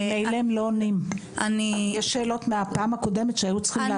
יש שאלות מהפעם הקודמת שהיו צריכים להשיב עליהם.